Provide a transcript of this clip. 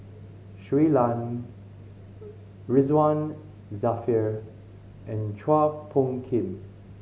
Shui Lan Ridzwan Dzafir and Chua Phung Kim